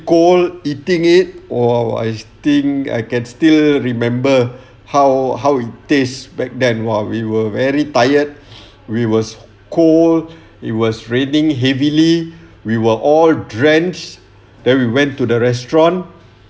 cold eating it or I think I can still remember how how it tastes back then while we were very tired it was cold it was raining heavily we were all drenched then we went to the restaurant